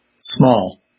small